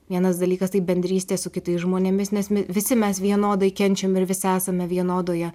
vienas dalykas tai bendrystė su kitais žmonėmis nes visi mes vienodai kenčiam ir visi esame vienodoje